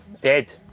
Dead